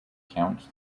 counts